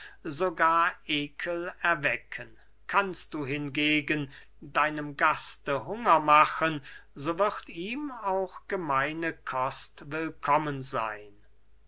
sogar ekel erwecken kannst du hingegen deinem gaste hunger machen so wird ihm auch gemeine kost willkommen seyn